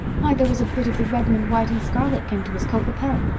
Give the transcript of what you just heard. why, there was a bit of the redmond white and scarlet pinned to his coat lapel.